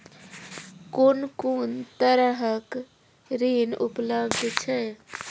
कून कून तरहक ऋण उपलब्ध छै?